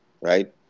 right